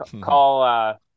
call